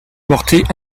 porter